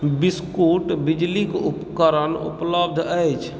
biscuit बिजलीके उपकरण उपलब्ध अछि